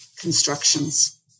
constructions